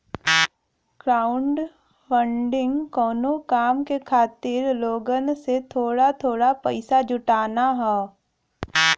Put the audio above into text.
crowdfunding कउनो काम के खातिर लोगन से थोड़ा थोड़ा पइसा जुटाना हौ